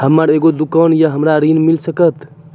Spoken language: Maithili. हमर एगो दुकान या हमरा ऋण मिल सकत?